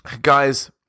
guys